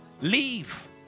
leave